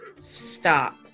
stop